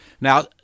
Now